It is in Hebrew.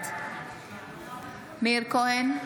בעד מאיר כהן,